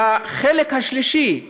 והחלק השלישי,